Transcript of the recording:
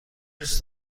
دوست